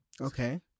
Okay